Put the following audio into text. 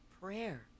prayer